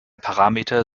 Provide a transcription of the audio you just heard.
parameter